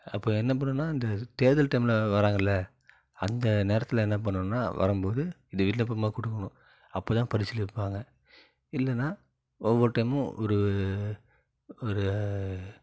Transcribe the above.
அப்போ என்னப் பண்ணுன்னா அந்த தேர்தல் டைமில் வாராங்களில் அந்த நேரத்தில் என்னாப் பண்ணுன்னா வரும் போது இந்த விண்ணப்பம்மாக கொடுக்கணும் அப்போ தான் பரிசளிப்பாங்க இல்லைன்னா ஒவ்வொரு டைமும் ஒரு ஒரு